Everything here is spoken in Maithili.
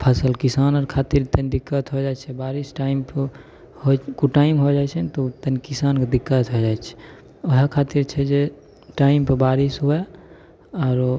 फसल किसान आर खातिर तनी दिक्कत हो जाइत छै बारिश टाइम पर हो कुटाइम हो जाइ छै ने तऽ ओ तनी किसानके दिक्कत हो जाइत छै ओएह खातिर छै जे टाइम पर बारिश हुए आरो